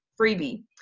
freebie